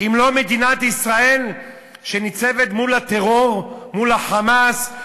אם לא מדינת ישראל שניצבת מול הטרור, מול ה"חמאס",